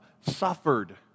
suffered